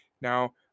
now